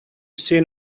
seen